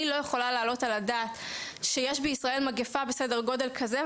אני לא יכולה להעלות על הדעת שיש מגפה בסדר גודל כזה,